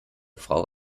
frau